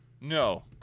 No